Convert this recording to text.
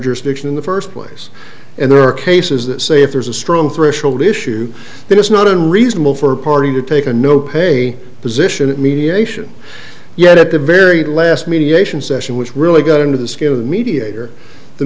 jurisdiction in the first place and there are cases that say if there's a strong threshold issue that it's not unreasonable for a party to take a no pay position at mediation yet at the very last mediation session which really got into the skin of the mediator the